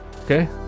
okay